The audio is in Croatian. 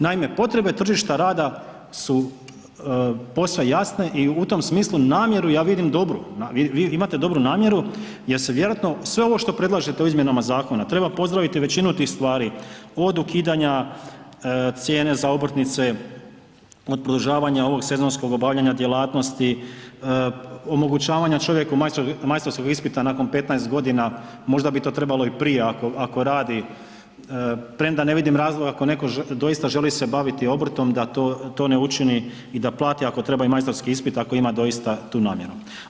Naime, potrebe tržišta rada su posve jasne i u tom smislu namjeru ja vidim dobru, imate dobru namjeru jer se vjerojatno sve ovo što predlažete u izmjenama zakona, treba pozdraviti većinu tih stvari, od ukidanja cijene za obrtnice, od produžavanja ovog sezonskog obavljanja djelatnosti, omogućavanja čovjeku majstorskog ispita nakon 15 godina, možda bi to trebalo i prije ako radi, premda ne vidim razloga ako netko doista želi se baviti obrtom da to ne učini i da plati ako treba i majstorski ispit, ako ima doista tu namjenu.